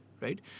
right